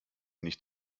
nicht